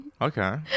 Okay